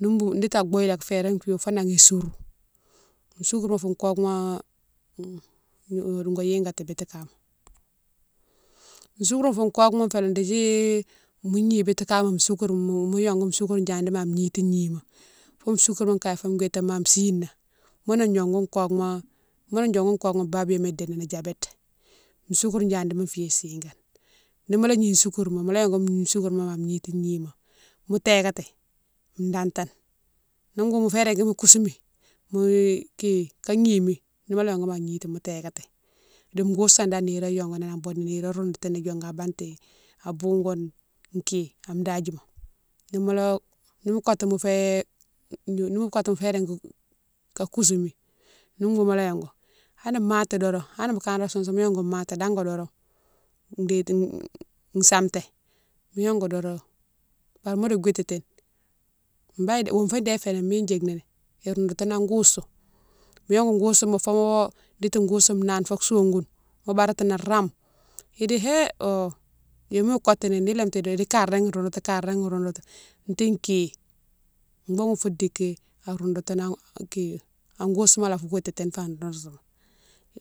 Ni boughoune diti a bouye lé férin fiyé fo nan isourou, soucurma fo kokouma go yikati biti kama, soucurma fou kokouma fé dédji mo gni biti kama soucurma mo yongou soucure djadi ma gnity gnima fo soucurma kaye witimo an sina ghounné diongou kokouma, ghounné diongou kokouna babiyone dini diabéte, soucure djadima fiyé sigane, nimola gni soucurma mola yongou soucurma ma gnity gnima mo tékati datane, ni boughoune mo fé régui mo kousoumi mo ki ka gnimi ni mola diongouni mo gnima mo tékati, di goustame nirema yongouni an boude na nirone roundoutouni diongou an bantéye an bougoune u'ki, an dadjima ni mola, nimo kotou mo fé, nimo kotou mo fé ringui ka kousoumi ni boughoune mola yongou hanni mati doron, hanni mo kanré sousoune mo yongou mati dango doron déti santé mo yongon doron bari modo gouititine bane wonfo déne fénan mine djike nini, iroundoutoune an goustou, mo yongou goustouma fo diti goustou nane fo sogoune mo badatinan rame idi hé ho yoma wo koutouni ni léme ti doron idi kare régui roundoutou, kare régui roundoutou ti ki, boughoune fou diki an roudoutounan a ki, an goustouma lé afou wititine fa roundoutouma.